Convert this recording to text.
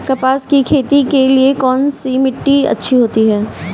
कपास की खेती के लिए कौन सी मिट्टी अच्छी होती है?